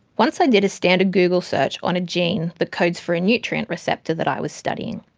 once i did a standard google search on a gene that codes for a nutrient receptor that i was studying.